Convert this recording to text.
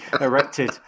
erected